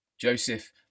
Joseph